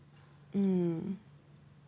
mm